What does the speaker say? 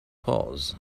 pause